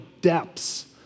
depths